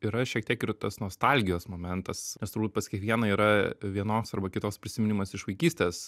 yra šiek tiek ir tas nostalgijos momentas nes turbūt pas kiekvieną yra vienoks arba kitoks prisiminimas iš vaikystės